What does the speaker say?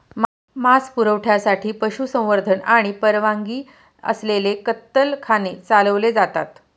मांस पुरवठ्यासाठी पशुसंवर्धन आणि परवानगी असलेले कत्तलखाने चालवले जातात